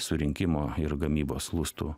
surinkimo ir gamybos lustų